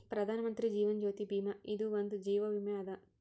ಪ್ರಧಾನ್ ಮಂತ್ರಿ ಜೀವನ್ ಜ್ಯೋತಿ ಭೀಮಾ ಇದು ಒಂದ ಜೀವ ವಿಮೆ ಅದ